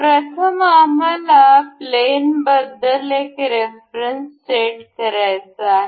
प्रथम आम्हाला प्लेनबद्दल एक रेफरन्स सेट करायचा आहे